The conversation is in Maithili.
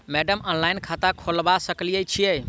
मैडम ऑनलाइन खाता खोलबा सकलिये छीयै?